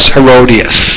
Herodias